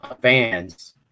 Fans